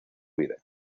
vida